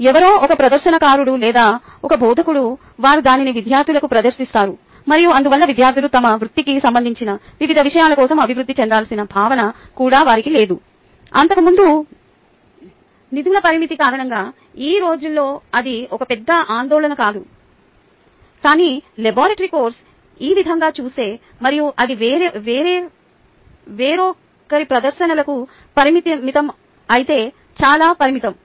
ఎవరో ఒక ప్రదర్శనకారుడు లేదా ఒక బోధకుడు వారు దానిని విద్యార్థులకు ప్రదర్శిస్తారు మరియు అందువల్ల విద్యార్థులు తమ వృత్తికి సంబంధించిన వివిధ విషయాల కోసం అభివృద్ధి చెందాల్సిన భావన కూడా వారికి లేదు అంతకుముందు నిధుల పరిమితి కారణంగా ఈ రోజుల్లో అది ఒక పెద్ద ఆందోళన కాదు కానీ లాబరేటరీ కోర్సు ఈ విధంగా చూస్తే మరియు అది వేరొకరి ప్రదర్శనలకు పరిమితం అయితే చాలా పరిమితం